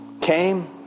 came